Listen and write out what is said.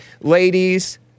Ladies